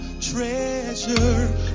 treasure